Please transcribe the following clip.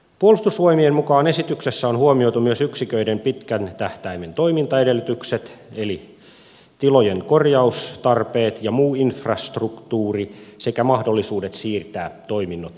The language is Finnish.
puolustusvoimien mukaan esityksessä on huomioitu myös yksiköiden pitkän tähtäimen toimintaedellytykset eli tilojen korjaustarpeet ja muu infrastruktuuri sekä mahdollisuudet siirtää toiminnot muualle